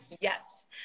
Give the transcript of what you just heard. Yes